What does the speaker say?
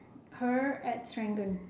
her at serangoon